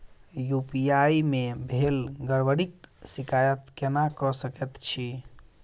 UPI मे भेल गड़बड़ीक शिकायत केना कऽ सकैत छी?